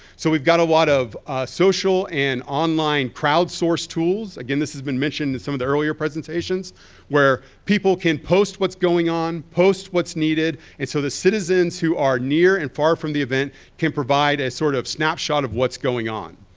so we've got a lot of social and online crowdsource tools. again this has been mentioned in some of the earlier presentations where people can post what's going on, post what's needed. and so the citizens who are near and far from the event can provide a sort of snapshot of what's going on.